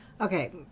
Okay